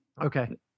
Okay